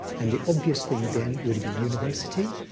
and the obvious thing then would have been university,